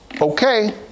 okay